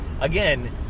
Again